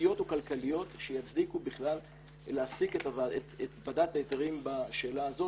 חברתיות או כלכליות שיצדיקו בכלל להעסיק את ועדת ההיתרים בשאלה הזאת,